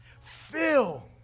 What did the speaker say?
Fill